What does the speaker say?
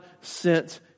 sent